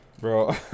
bro